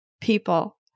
people